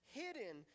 hidden